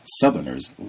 Southerners